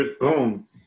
Boom